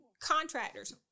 contractors